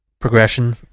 progression